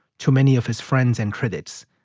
too many of his friends and credits.